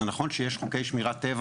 זה נכון שיש חוקי שמירת טבע